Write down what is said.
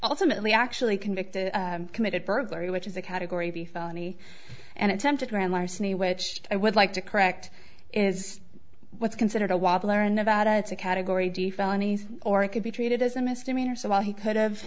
ultimately actually convicted committed burglary which is a category b felony and attempted grand larceny which i would like to correct is what's considered a wobbler in nevada it's a category d felony or it could be treated as a misdemeanor so while he could